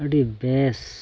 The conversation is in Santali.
ᱟᱹᱰᱤ ᱵᱮᱥ